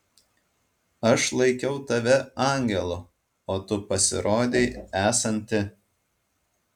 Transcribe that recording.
aš laikiau tave angelu o tu pasirodei esanti